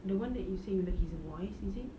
the one that you say you like his voice is it